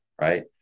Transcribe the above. Right